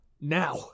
now